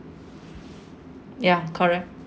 ya correct